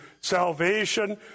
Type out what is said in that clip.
salvation